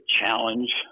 challenge